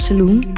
Saloon